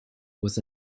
was